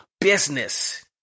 business